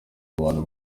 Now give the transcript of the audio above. abantu